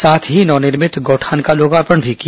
साथ ही नवनिर्मित गौठान का लोकार्पण भी किया